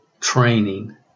training